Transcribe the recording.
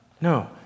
No